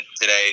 today